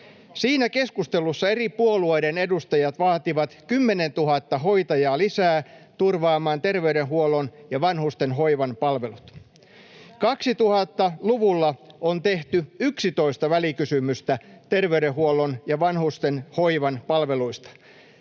Siinä keskustelussa eri puolueiden edustajat vaativat 10 000 hoitajaa lisää turvaamaan terveydenhuollon ja vanhustenhoivan palvelut. [Sari Sarkomaan välihuuto] 2000-luvulla on tehty 11 välikysymystä terveydenhuollon ja vanhustenhoivan palveluista.